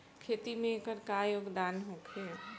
खेती में एकर का योगदान होखे?